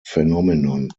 phenomenon